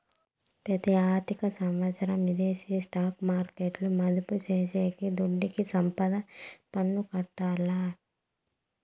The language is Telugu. పెతి ఆర్థిక సంవత్సరం విదేశీ స్టాక్ మార్కెట్ల మదుపు చేసిన దుడ్డుకి సంపద పన్ను కట్టాల్ల